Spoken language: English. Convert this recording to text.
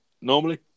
normally